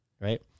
Right